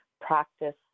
practice